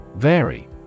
Vary